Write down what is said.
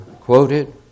quoted